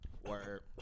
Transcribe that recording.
Word